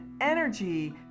energy